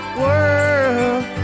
world